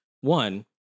one